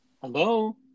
Hello